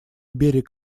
берег